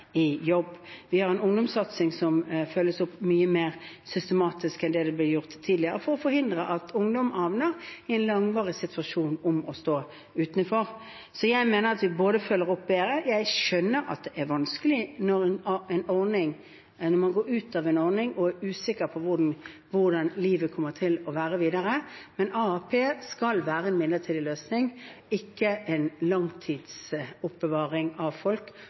i jobb. Vi har en ungdomssatsing som følges opp mye mer systematisk enn det ble gjort tidligere, for å forhindre at ungdom havner i en langvarig situasjon der de står utenfor. Jeg mener at vi følger opp bedre. Jeg skjønner at det er vanskelig når man går ut av en ordning og er usikker på hvordan livet kommer til å være videre, men AAP skal være en midlertidig løsning, ikke langtidsoppbevaring av folk.